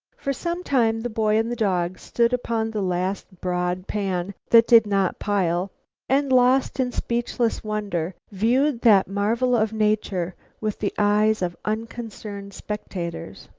for some time the boy and the dog stood upon the last broad pan that did not pile and, lost in speechless wonder, viewed that marvel of nature with the eyes of unconcerned spectators.